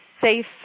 safe